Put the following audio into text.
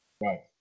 Right